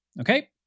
Okay